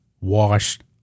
washed